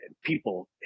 people